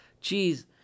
cheese